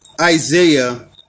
Isaiah